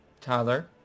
Tyler